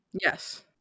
Yes